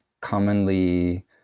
commonly